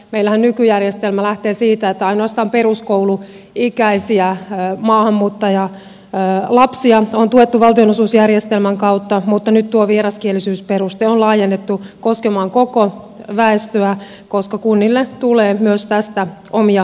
meillähän nykyjärjestelmä lähtee siitä että ainoastaan peruskouluikäisiä maahanmuuttajalapsia on tuettu valtionosuusjärjestelmän kautta mutta nyt tuo vieraskielisyysperuste on laajennettu koskemaan koko väestöä koska kunnille tulee myös tästä omia kustannuksiaan